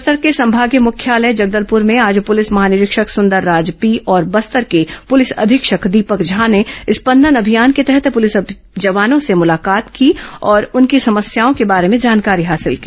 बस्तर के संभागीय मुख्यालय जगदलपुर में आज पुलिस महानिरीक्षक संदरराज पी और बस्तर के पुलिस अधीक्षक दीपक झा ने स्पदन अभियान के तहत पुलिस जवानों से मुलाकात की और उनकी समस्याओं के बारे में जानकारी हासिल की